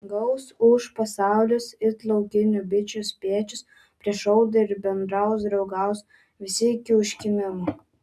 gaus ūš pasaulis it laukinių bičių spiečius prieš audrą ir bendraus draugaus visi iki užkimimo